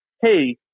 Hey